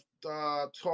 talk